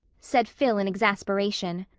said phil in exasperation.